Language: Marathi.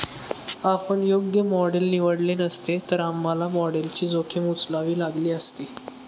आपण योग्य मॉडेल निवडले नसते, तर आम्हाला मॉडेलची जोखीम उचलावी लागली असती